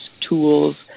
tools